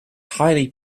highly